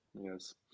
yes